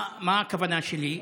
מה הכוונה שלי?